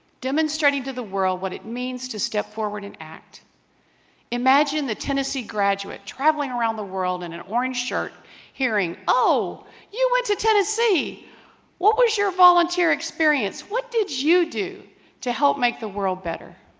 demonstrating to the world what it means to step forward and act imagine the tennessee graduate traveling around the world in an orange shirt hearing oh you went to tennessee what was your volunteer experience what did you do to help make the world better